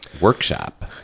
workshop